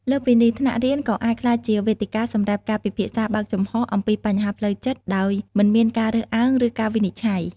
លើសពីនេះ ថ្នាក់រៀនក៏អាចក្លាយជាវេទិកាសម្រាប់ការពិភាក្សាបើកចំហអំពីបញ្ហាផ្លូវចិត្តដោយមិនមានការរើសអើងឬការវិនិច្ឆ័យ។